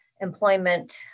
employment